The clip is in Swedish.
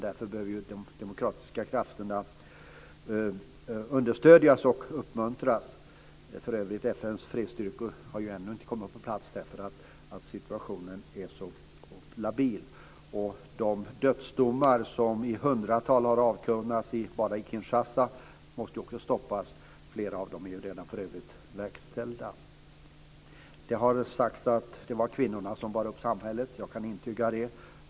De demokratiska krafterna måste understödjas och uppmuntras. FN:s fredsstyrkor har för övrigt ännu inte kommit på plats på grund av att situationen är så labil. De dödsdomar som har avkunnats i hundratal bara i Kinshasa måste stoppas. Flera av dem är för övrigt redan verkställda. Det har sagts att det är kvinnorna som bär upp det här samhället, och jag kan intyga det.